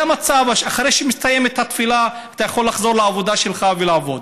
זה המצב: אחרי שמסתיימת התפילה אתה יכול לחזור לעבודה שלך ולעבוד.